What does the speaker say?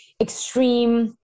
extreme